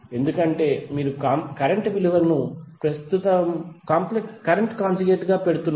ఎందుకంటే మీరు కరెంట్ విలువను ప్రస్తుత కాంజుగేట్ గా పెడుతున్నారు